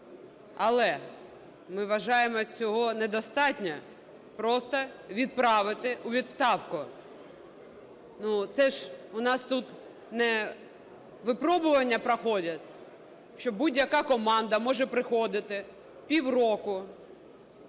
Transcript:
Але, ми вважаємо, цього недостатньо - просто відправити у відставку. Це ж у нас тут не випробування проходять, що будь-яка команда може приходити, півроку